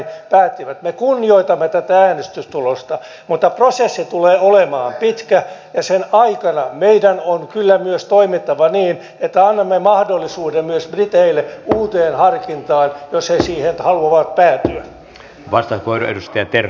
me kunnioitamme tätä äänestystulosta mutta prosessi tulee olemaan pitkä ja sen aikana meidän on kyllä myös toimittava niin että annamme mahdollisuuden myös briteille uuteen harkintaan jos he siihen haluavat päätyä